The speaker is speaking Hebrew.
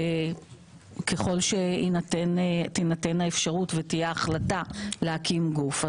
ככל שתינתן האפשרות ותהיה החלטה להקים גוף,